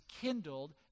kindled